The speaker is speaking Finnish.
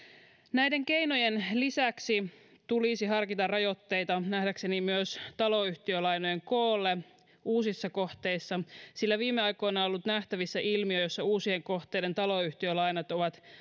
näiden keinojen lisäksi tulisi harkita rajoitteita nähdäkseni myös taloyhtiölainojen koolle uusissa kohteissa sillä viime aikoina on ollut nähtävissä ilmiö jossa uusien kohteiden taloyhtiölainat ovat